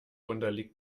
unterliegt